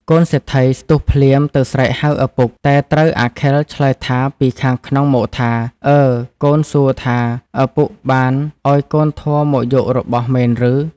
កូនសេដ្ធីស្ទុះភ្លាមទៅស្រែកហៅឪពុក តែត្រូវអាខិលឆ្លើយថាពីខាងក្នុងមកថា “អើ! ”កូនសួរថា “ឪពុកបានឱ្យកូនធម៌មកយករបស់មែនឬ?” ។